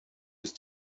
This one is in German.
ist